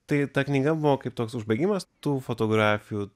tai ta knyga buvo kaip toks užbaigimas tų fotografijų